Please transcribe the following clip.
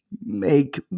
make